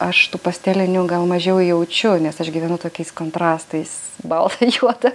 aš tų pastelinių gal mažiau jaučiu nes aš gyvenu tokiais kontrastais balta juoda